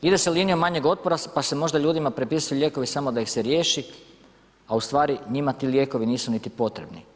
Ide se linijom manjeg otpora pa se možda ljudima prepisuju lijekovi samo da ih se riješi, a ustvari njima ti lijekovi nisu niti potrebni.